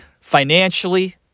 financially